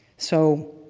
so,